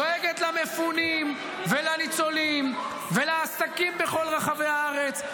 דואגת למפונים ולניצולים ולעסקים בכל רחבי הארץ,